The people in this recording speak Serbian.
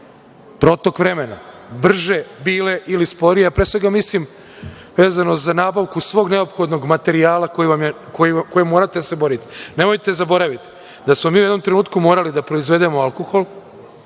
protok vremena brže bile ili sporije, a pre svega mislim vezano za nabavku svog neophodnog materijala koji morate da se borite. Nemojte zaboraviti da smo mi u jednom trenutku morali da proizvedemo alkohol,